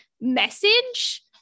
message